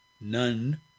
none